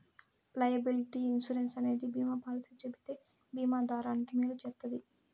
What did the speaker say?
liability insurance అనేది బీమా policy చెబితే బీమా దారానికి మేలు చేస్తది